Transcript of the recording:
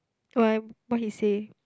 what he say